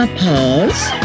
pause